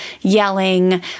yelling